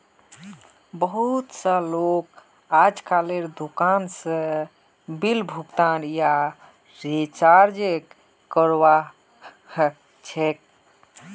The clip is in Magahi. बहुत स लोग अजकालेर दुकान स बिल भुगतान या रीचार्जक करवा ह छेक